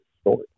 story